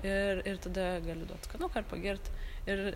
ir ir tada gali duot skanuką ir pagirt ir